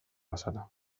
bazara